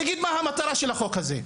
אני אגיד מה המטרה של החוק הזה,